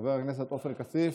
חבר הכנסת עופר כסיף,